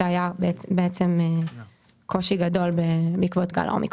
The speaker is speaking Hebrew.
שהיה קושי גדול בעקבות גל האומיקרון.